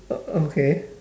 oh okay